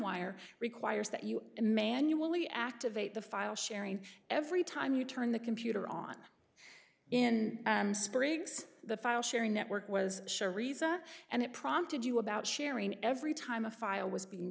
wire requires that you manually activate the file sharing every time you turn the computer on in and springs the file sharing network was sure riza and it prompted you about sharing every time a file was being